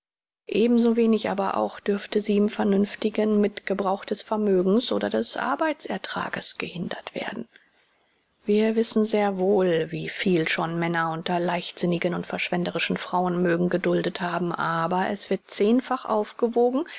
ebenso wenig aber auch dürfte sie im vernünftigen mitgebrauch des vermögens oder des arbeitsertrages gehindert werden wir wissen sehr wohl wie viel schon männer unter leichtsinnigen und verschwenderischen frauen mögen geduldet haben aber es wird zehnfach aufgewogen